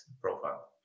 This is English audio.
profile